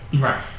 Right